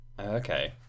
Okay